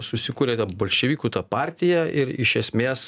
susikuria ten bolševikų ta partija ir iš esmės